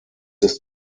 ist